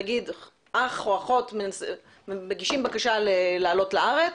נגיד אח או אחות מגישים בקשה לעלות לארץ,